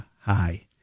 high